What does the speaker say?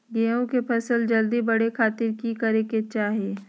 गेहूं के फसल जल्दी बड़े खातिर की करे के चाही?